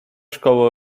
szkoły